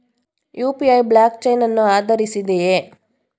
UPI blockchain ಅನ್ನು ಆಧರಿಸಿದೆಯೇ?